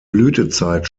blütezeit